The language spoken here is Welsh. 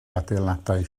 adeiladau